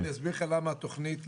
אני אסביר לך למה התוכנית,